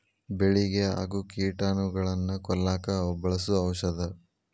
ಬೆಳಿಗೆ ಆಗು ಕೇಟಾನುಗಳನ್ನ ಕೊಲ್ಲಾಕ ಬಳಸು ಔಷದ